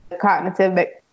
cognitive